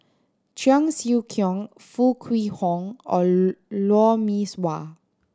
Cheong Siew Keong Foo Kwee Horng or Lou Mee Swah